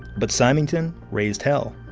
but symington raised hell.